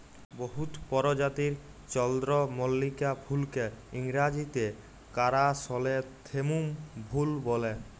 বহুত পরজাতির চল্দ্রমল্লিকা ফুলকে ইংরাজিতে কারাসলেথেমুম ফুল ব্যলে